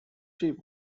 chief